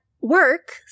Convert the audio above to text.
work